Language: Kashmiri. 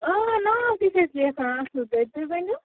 اۭں ناو تہِ چھِ أسۍ لیکھان اتھ مطٲ تُہۍ ؤنِو